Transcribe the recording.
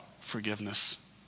forgiveness